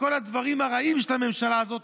וכל הדברים הרעים של הממשלה הזאת,